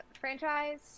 franchise